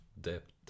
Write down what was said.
depth